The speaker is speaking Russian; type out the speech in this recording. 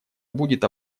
будет